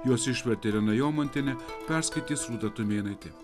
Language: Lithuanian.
juos išmetė irena jomantienė perskaitys rūta tumėnaitė